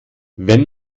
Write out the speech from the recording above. wenn